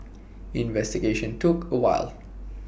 investigation took A while